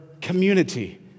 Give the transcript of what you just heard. community